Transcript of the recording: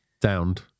Downed